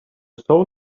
soul